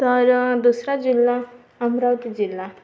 तर दुसरा जिल्हा अमरावती जिल्हा